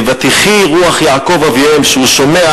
"ותחי רוח יעקב אביהם"; כשהוא שומע